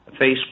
Facebook